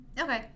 Okay